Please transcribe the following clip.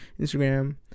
instagram